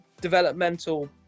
developmental